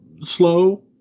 slow